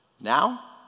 now